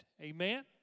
Amen